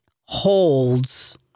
holds